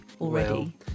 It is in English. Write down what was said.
already